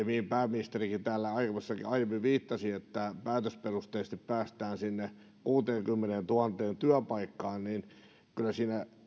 mihin pääministerikin täällä aiemmin viittasi että päätösperusteisesti päästään sinne kuuteenkymmeneentuhanteen työpaikkaan niin kyllä siinä